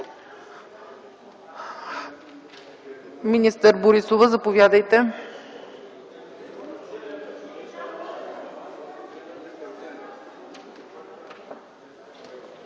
Министър Борисова, заповядайте.